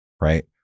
right